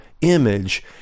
image